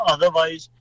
Otherwise